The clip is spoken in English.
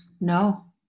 No